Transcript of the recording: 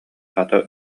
хата